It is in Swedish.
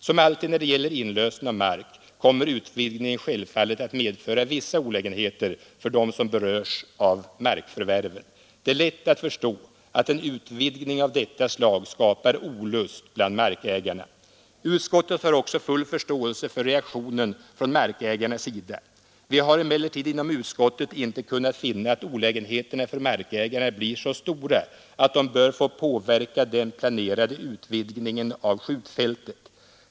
Som alltid när det gäller inlösen av mark kommer utvidgningen självfallet att medföra vissa olägenheter för dem som berörs av markförvärven. Det är lätt att förstå att en utvidgning av detta slag skapar olust bland markägarna. Utskottet har också full förståelse för reaktionen från markägarnas sida. Vi har emellertid inom utskottet inte kunnat finna att olägenheterna för markägarna blir så stora att de bör få påverka den planerade utvidgningen av skjutfältet.